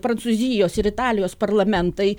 prancūzijos ir italijos parlamentai